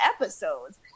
episodes